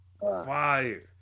Fire